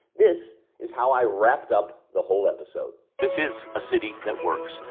this is how i wrapped up the whole episode. this is a city that works.